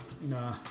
nah